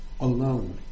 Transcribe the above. alone